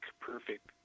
perfect